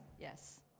Yes